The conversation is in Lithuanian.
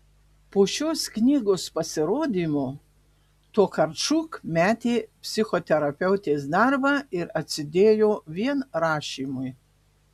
po šios knygos pasirodymo tokarčuk metė psichoterapeutės darbą ir atsidėjo vien rašymui